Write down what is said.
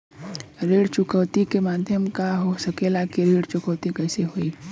ऋण चुकौती के माध्यम का हो सकेला कि ऋण चुकौती कईसे होई?